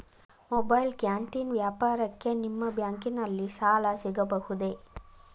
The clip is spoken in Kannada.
ಮೊಬೈಲ್ ಕ್ಯಾಂಟೀನ್ ವ್ಯಾಪಾರಕ್ಕೆ ನಿಮ್ಮ ಬ್ಯಾಂಕಿನಲ್ಲಿ ಸಾಲ ಸಿಗಬಹುದೇ?